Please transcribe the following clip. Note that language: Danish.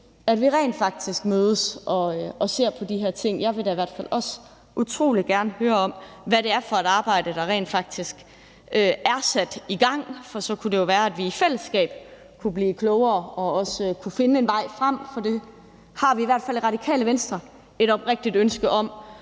at vi rent faktisk mødes, og at vi ser på de her ting. Jeg vil da i hvert fald også utrolig gerne høre om, hvad det er for et arbejde, der rent faktisk er sat i gang. For så kunne det jo være, at vi i fællesskab kunne blive klogere og vi også kunne finde en vej frem. For vi har i Radikale Venstre i hvert fald et oprigtigt ønske om